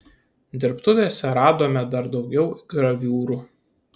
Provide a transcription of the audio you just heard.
dirbtuvėse radome dar daugiau graviūrų